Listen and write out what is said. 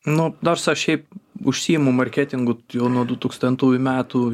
nu nors aš šiaip užsiimu marketingu jau nuo du tūkstantųjų metų